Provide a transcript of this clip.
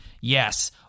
Yes